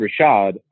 Rashad